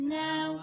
now